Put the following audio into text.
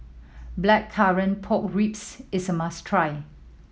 Blackcurrant Pork Ribs is a must try